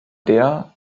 der